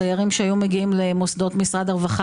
הדיירים שהיו מגיעים למוסדות משרד הרווחה